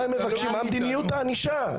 מה המדיניות הענישה?